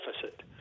deficit